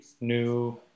new